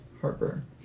heartburn